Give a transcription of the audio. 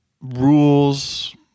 rules